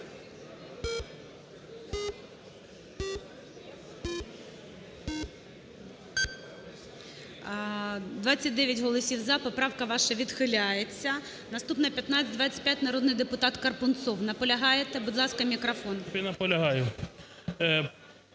29 голосів "за", поправка ваша відхиляється. Наступна – 1525, народний депутат Карпунцов. Наполягаєте? Будь ласка, мікрофон.